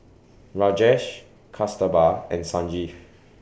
Rajesh Kasturba and Sanjeev